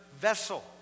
vessel